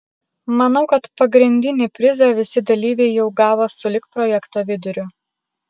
manau kad pagrindinį prizą visi dalyviai jau gavo sulig projekto viduriu